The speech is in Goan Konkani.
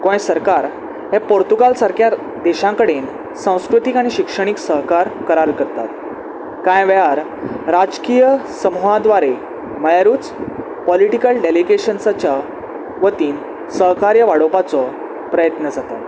गोंय सरकार हे पोर्तुगाल सारक्या देशां कडेन संस्कृतीक आनी शिक्षणीक सहकार करार करतात कांय वेळार राजकीय समुहा दवारे म्हळ्यारूच पॉलिटकल डेलगेशन्साच्या वतीन सहकार्य वाडोवपाचो प्रयत्न जाता